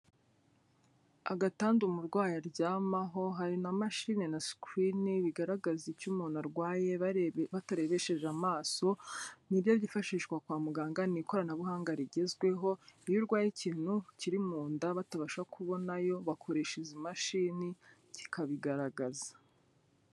Agatanda umurwayi aryamaho hari na mashine na sikirini bigaragaza icyo umuntu arwaye, batarebesheje amaso, ni byo byifashishwa kwa muganga, ni ikoranabuhanga rigezweho, iyo urwaye ikintu kiri mu nda batabasha kubonayo bakoresha izi mashini kikabigaragaza.